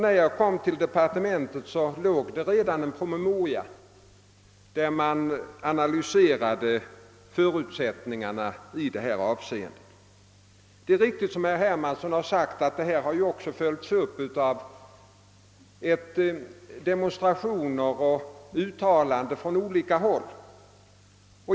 När jag kom till departementet förelåg därför redan en promemoria i vilken förutsättningarna i detta avseende analyserades. Det är riktigt som herr Hermansson säger, att en uppföljning skett genom demonstrationer och uttalanden från olika håll.